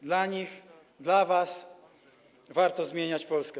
Dla nich, dla was warto zmieniać Polskę.